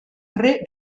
tre